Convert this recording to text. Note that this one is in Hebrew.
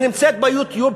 היא נמצאת ב"יוטיוב",